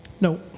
No